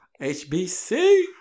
HBC